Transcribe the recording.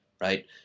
right